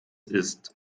ist